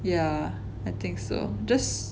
yeah I think so just